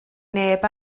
neb